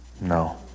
No